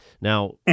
Now